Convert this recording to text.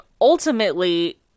ultimately